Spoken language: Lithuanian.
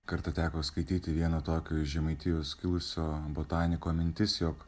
kartą teko skaityti vieno tokio iš žemaitijos kilusio botaniko mintis jog